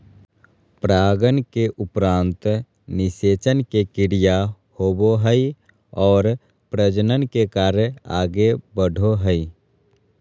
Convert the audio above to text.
परागन के उपरान्त निषेचन के क्रिया होवो हइ और प्रजनन के कार्य आगे बढ़ो हइ